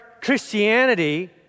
Christianity